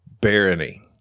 Barony